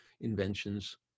inventions